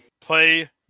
Play